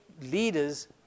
leaders